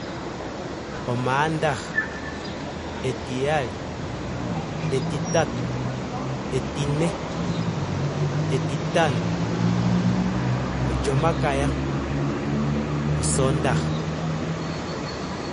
Omandaaha. Etiyali. Etitatu. Etine. Etitano. Olyomakaya. Osondaaha